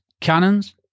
Cannons